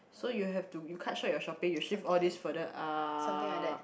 so you have to you cut short your shopping you shift all this further up